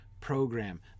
Program